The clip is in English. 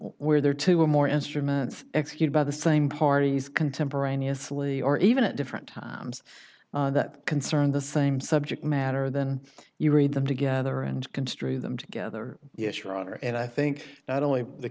where there are two or more instruments executed by the same parties contemporaneously or even at different times that concern the same subject matter than you read them together and construe them together yes your honor and i think not only the